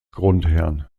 grundherrn